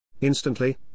Instantly